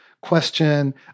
question